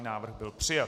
Návrh byl přijat.